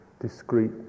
discrete